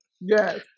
Yes